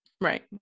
Right